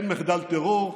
אין מחדל טרור,